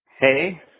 Hey